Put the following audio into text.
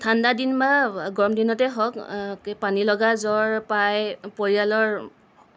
ঠাণ্ডা দিন বা গৰম দিনতেই হওক পানীলগা জ্বৰ প্ৰায়ে পৰিয়ালৰ